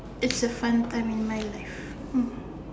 it's a fun time in my life